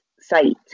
site